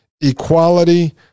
equality